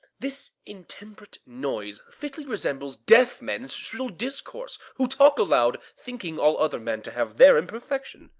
this intemperate noise fitly resembles deaf men's shrill discourse, who talk aloud, thinking all other men to have their imperfection.